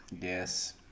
Yes